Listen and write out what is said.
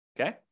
Okay